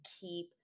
keep